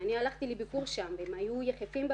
כשאני הלכתי לביקור שם והם היו יחפים בבית.